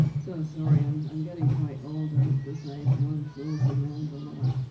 so sorry, i'm i'm getting quite old, and at this age one fools around a lot.